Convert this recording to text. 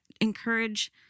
encourage